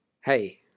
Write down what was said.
hey